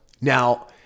Now